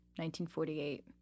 1948